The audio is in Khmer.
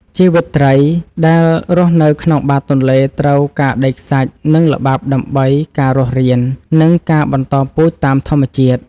ជីវិតត្រីដែលរស់នៅក្នុងបាតទន្លេត្រូវការដីខ្សាច់ និងល្បាប់ដើម្បីការរស់រាន និងការបន្តពូជតាមធម្មជាតិ។